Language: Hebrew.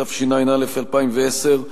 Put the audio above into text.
התשע"א 2010,